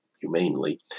humanely